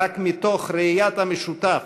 רק מתוך ראיית המשותף,